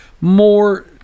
more